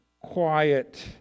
quiet